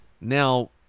now